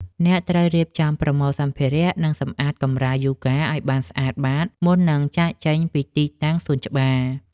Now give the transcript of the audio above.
អ្នកត្រូវរៀបចំប្រមូលសម្ភារៈ និងសម្អាតកម្រាលយូហ្គាឱ្យបានស្អាតបាត មុននឹងចាកចេញពីទីតាំងសួនច្បារ។